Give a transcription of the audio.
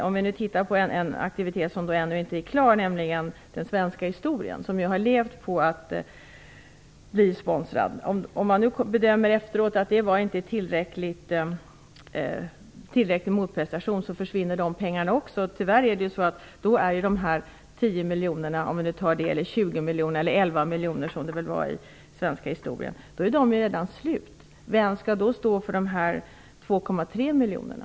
Om man ser till projektet Den svenska historien, som har levt på sponsorpengar, och bedömer efteråt att motprestationen inte var tillräcklig, försvinner också dessa pengar. Men då är de 11 miljonerna redan slut. Vem skall då stå för de 2,3 miljonerna?